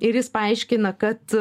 ir jis paaiškina kad